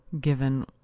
given